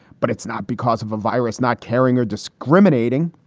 but it's not because of a virus not caring or discriminating.